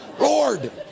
Lord